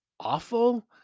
awful